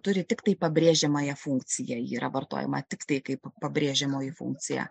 turi tiktai pabrėžiamąją funkciją ji yra vartojama tiktai kaip pabrėžiamoji funkcija